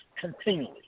continually